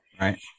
Right